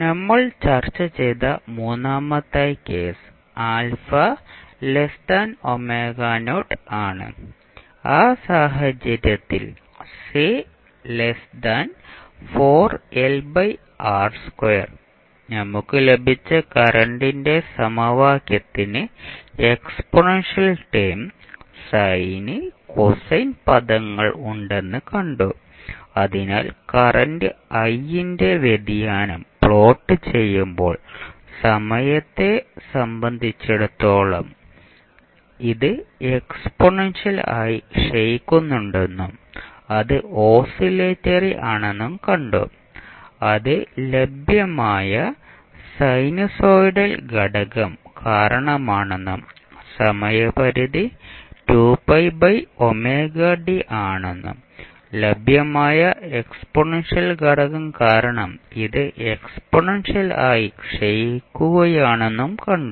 നമ്മൾ ചർച്ച ചെയ്ത മൂന്നാമത്തെ കേസ് ɑ ആണ് ആ സാഹചര്യത്തിൽ നമുക്ക് ലഭിച്ച കറണ്ടിന്റെ സമവാക്യത്തിന് എക്സ്പോണൻഷ്യൽ ടേം സൈൻ കോസൈൻ പദങ്ങൾ ഉണ്ടെന്ന് കണ്ടു അതിനാൽ കറന്റ് i ന്റെ വ്യതിയാനം പ്ലോട്ട് ചെയ്യുമ്പോൾ സമയത്തെ സംബന്ധിച്ചിടത്തോളം ഇത് എക്സ്പോണൻഷ്യൽ ആയി ക്ഷയിക്കുന്നുണ്ടെന്നും അത് ഓസിലേറ്ററി ആണെന്നും കണ്ടു അത് ലഭ്യമായ സിനുസോയ്ഡൽ ഘടകം കാരണമാണെന്നും സമയപരിധി ആണെന്നും ലഭ്യമായ എക്സ്പോണൻഷ്യൽ ഘടകം കാരണം ഇത് എക്സ്പോണൻഷ്യൽ ആയി ക്ഷയിക്കുകയാണെന്നും കണ്ടു